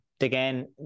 again